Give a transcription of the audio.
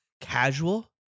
casual